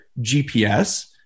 GPS